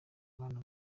bwana